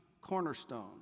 cornerstone